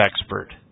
expert